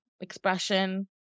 expression